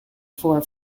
for